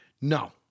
no